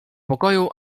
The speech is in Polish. pokoju